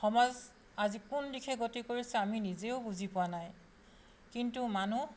সমাজ আজি কোন দিশে গতি কৰিছে আমি নিজেও বুজি পোৱা নাই কিন্তু মানুহ